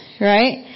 Right